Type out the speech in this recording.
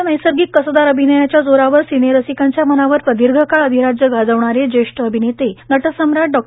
आपल्या नैसर्गिक कसदार अभिनयाच्या जोरावर सिनेरसिकांच्या मनावर प्रदीर्घकाळ अधिराज्य गाजवणारे ज्येष्ठ अभिनेते नटसम्राट डॉ